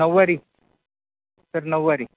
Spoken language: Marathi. नववारी सर नववारी